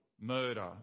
murder